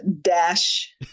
dash